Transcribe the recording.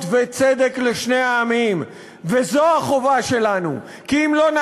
היא, אתה גיבור גדול?